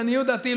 לעניות דעתי,